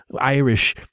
Irish